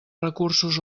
recursos